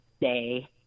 Day